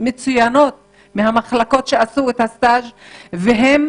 מצוינות מהמחלקות שעשו את הסטאז' והם